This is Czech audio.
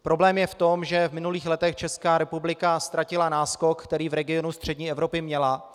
Problém je v tom, že v minulých letech Česká republika ztratila náskok, který v regionu střední Evropy měla.